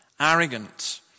arrogant